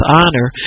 honor